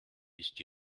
ist